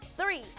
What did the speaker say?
Three